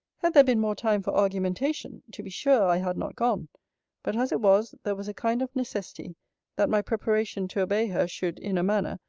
had there been more time for argumentation, to be sure i had not gone but as it was, there was a kind of necessity that my preparation to obey her, should, in a manner,